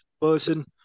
person